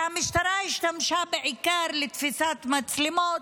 שהמשטרה השתמשה בעיקר לתפיסת מצלמות.